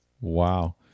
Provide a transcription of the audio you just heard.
Wow